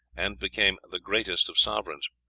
and became the greatest of sovereigns.